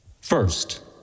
First